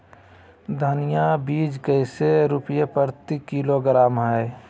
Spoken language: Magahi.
धनिया बीज कैसे रुपए प्रति किलोग्राम है?